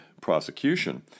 prosecution